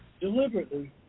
deliberately